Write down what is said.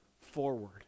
forward